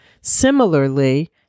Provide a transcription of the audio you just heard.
Similarly